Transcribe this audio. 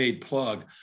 plug